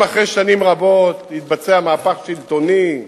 אם אחרי שנים רבות יתבצע מהפך שלטוני,